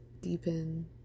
deepen